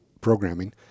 programming